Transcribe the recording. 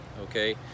okay